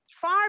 Far